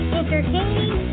entertaining